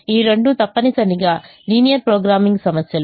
ఈ రెండూ తప్పనిసరిగా లీనియర్ ప్రోగ్రామింగ్ సమస్యలు